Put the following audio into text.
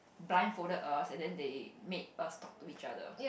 blind folded us and then they made us talk to each other